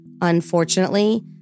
Unfortunately